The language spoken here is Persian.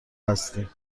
هستیم